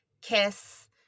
kiss